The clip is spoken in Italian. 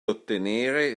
ottenere